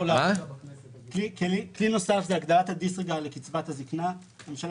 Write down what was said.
כלי נוסף בהגדרת הדיסריגרד לקצבת הזקנה - הממשלה